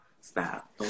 Stop